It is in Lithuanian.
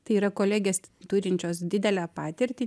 tai yra kolegės turinčios didelę patirtį